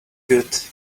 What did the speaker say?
good